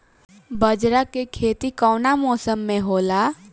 बाजरा के खेती कवना मौसम मे होला?